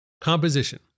composition